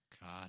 God